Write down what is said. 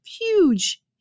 huge